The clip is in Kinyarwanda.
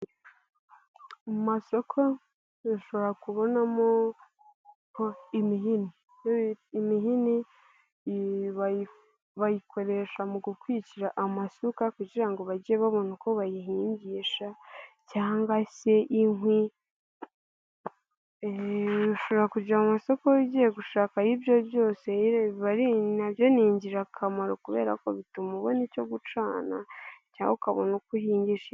Mu masosoko dushobora kubona mo imihini, imihini bayikoresha mu gukwikira amasuka kugira ngo bajye babona uko bayihingisha cyangwa se inkwi, ushobora kujya musoko ugiye gushaka ibyo byose, nabyo ni ingirakamaro kubera ko bituma ubona icyo gucana cyangwa ukabona icyo uhingisha.